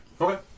Okay